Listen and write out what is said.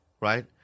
right